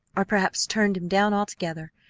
or perhaps turned him down altogether!